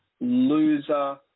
loser